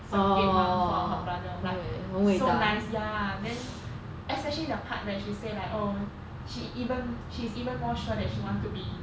surrogate mum for her brother like so nice ya then especially the part when she said like oh she even she's even more sure that she wants to be